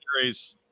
series